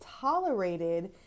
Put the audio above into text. tolerated